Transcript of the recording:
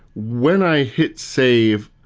when i hit save,